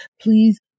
please